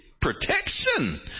protection